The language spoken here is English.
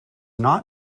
not